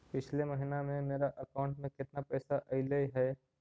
पिछले महिना में मेरा अकाउंट में केतना पैसा अइलेय हे?